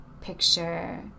picture